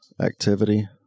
activity